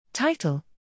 Title